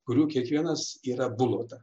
kurių kiekvienas yra bulota